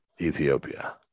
Ethiopia